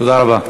תודה רבה.